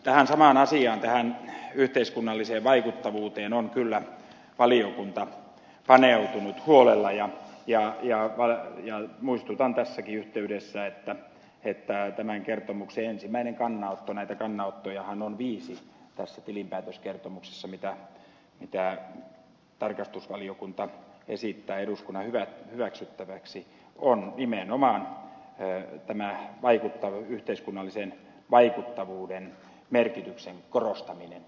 tähän samaan asiaan tähän yhteiskunnalliseen vaikuttavuuteen on kyllä valiokunta paneutunut huolella ja muistutan tässäkin yhteydessä että tämän kertomuksen ensimmäinen kannanotto näitä kannanottojahan on viisi tässä tilinpäätöskertomuksessa mitä tarkastusvaliokunta esittää eduskunnan hyväksyttäväksi on nimenomaan tämä yhteiskunnallisen vaikuttavuuden merkityksen korostaminen